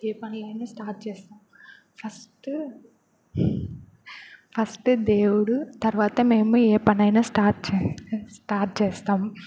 ఏ పని అయినా స్టార్ట్ చేస్తాం ఫస్ట్ ఫస్ట్ దేవుడు తర్వాత మేము ఏ పనైనా స్టార్ట్ చే స్టార్ట్ చేస్తాం